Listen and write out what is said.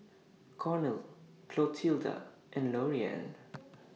Cornel Clotilda and Loriann